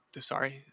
sorry